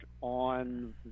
on